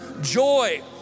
joy